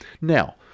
Now